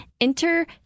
Enter